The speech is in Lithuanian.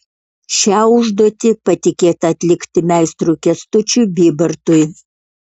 šią užduotį patikėta atlikti meistrui kęstučiui bybartui